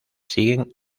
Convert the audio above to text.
siguen